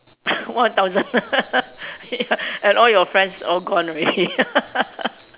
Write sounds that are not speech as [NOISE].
[LAUGHS] one thousand [LAUGHS] ya and all your friends all gone already [LAUGHS]